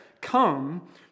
come